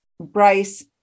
Bryce